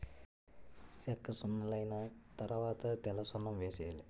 సెక్కసున్నలైన తరవాత తెల్లసున్నం వేసేయాలి